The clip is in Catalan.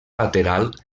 lateral